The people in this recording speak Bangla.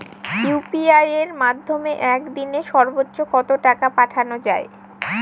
ইউ.পি.আই এর মাধ্যমে এক দিনে সর্বচ্চ কত টাকা পাঠানো যায়?